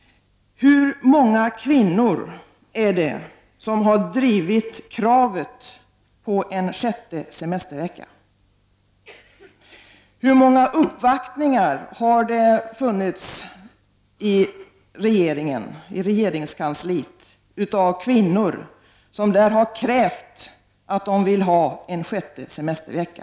Hur många kvinnor är det som har drivit kravet på en sjätte semestervecka? Hur många uppvaktningar i regeringskansliet har det gjorts av kvinnor som har krävt en sjätte semestervecka?